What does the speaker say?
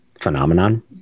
phenomenon